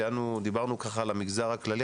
דיברנו על המגזר הכללי,